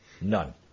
None